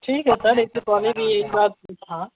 ठीक है सर इससे पहले भी यही बात थी